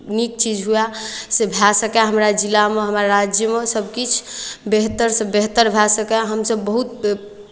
नीक चीज हुअए से भए सकय हमरा जिलामे हमर राज्यमे सभकिछु बेहतरसँ बेहतर भए सकय हमसभ बहुत